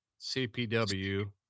CPW